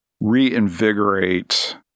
reinvigorate